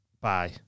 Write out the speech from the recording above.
bye